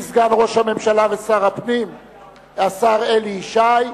השיב סגן ראש הממשלה ושר הפנים השר אלי ישי.